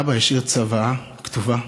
אבא השאיר צוואה כתובה?